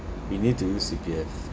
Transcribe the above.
right we need to use C_P_F